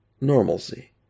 normalcy